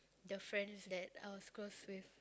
the friends that I was close with